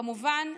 כמובן,